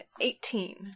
Eighteen